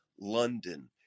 London